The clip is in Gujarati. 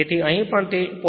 તેથી અહીં પણ તે 0